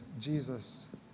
jesus